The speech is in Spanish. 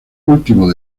último